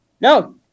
No